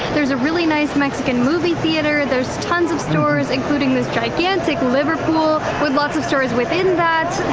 there's a really nice mexican movie theater, there's tons of stores including this gigantic liverpool with lots of stores within that.